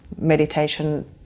meditation